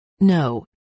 No